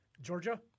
Georgia